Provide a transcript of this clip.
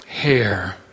hair